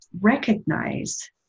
recognize